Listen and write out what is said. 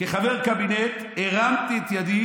וכחבר קבינט הרמתי את ידי,